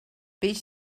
peix